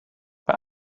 bei